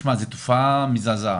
זו תופעה מזעזעת,